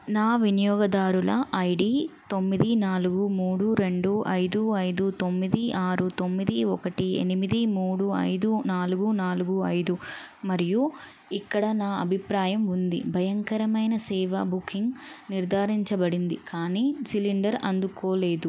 నా వినియోగదారుల ఐడీ తొమ్మిది నాలుగు మూడు రెండు ఐదు ఐదు తొమ్మిది ఆరు తొమ్మిది ఒకటి ఎనిమిది మూడు ఐదు నాలుగు నాలుగు ఐదు మరియు ఇక్కడ నా అభిప్రాయం ఉంది భయంకరమైన సేవ బుకింగ్ నిర్ధారించబడింది కానీ సిలిండర్ అందుకోలేదు